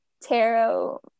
tarot